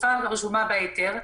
התקופה הרשומה בהיתר,